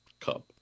cup